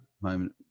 moment